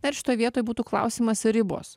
na ir šitoj vietoj būtų klausimas ribos